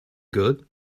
good